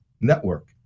network